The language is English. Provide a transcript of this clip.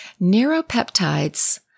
Neuropeptides